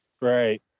Right